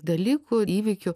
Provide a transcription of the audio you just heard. dalykų įvykių